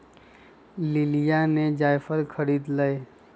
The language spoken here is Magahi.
लिलीया ने जायफल खरीद लय